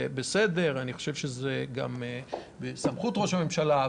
זה בסדר, אני חושב שזה גם בסמכות ראש הממשלה.